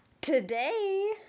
Today